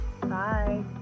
Bye